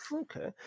Okay